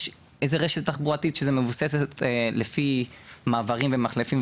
יש איזה רשת תחבורתית לפי מעברים ומחלפים,